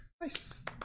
nice